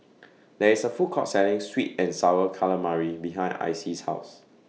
There IS A Food Court Selling Sweet and Sour Calamari behind Icey's House